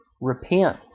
repent